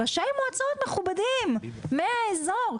ראשי מועצות מכובדים מהאזור.